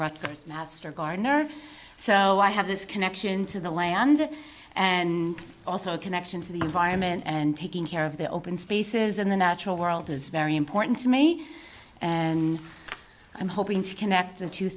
rock master gardener so i have this connection to the land and also a connection to the environment and taking care of the open spaces in the natural world is very important to me and i'm hoping to connect the two